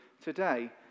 today